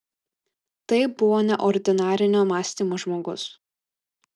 tai buvo neordinarinio mąstymo žmogus